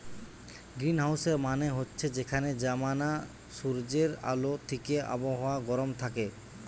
গ্রীনহাউসের মানে হচ্ছে যেখানে জমানা সূর্যের আলো থিকে আবহাওয়া গরম থাকে